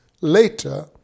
later